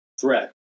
threat